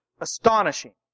astonishing